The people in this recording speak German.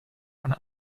von